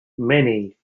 many